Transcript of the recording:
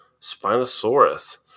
spinosaurus